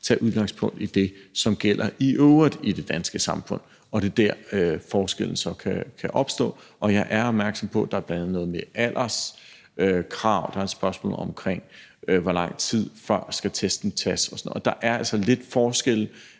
tage udgangspunkt i det, som gælder i øvrigt i det danske samfund. Det er der, hvor forskellen så kan opstå. Og jeg er opmærksom på, at der bl.a. er noget med alderskrav; der er spørgsmålet omkring, hvor lang tid før testen skal tages, og sådan noget. Der er altså lidt forskel